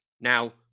Now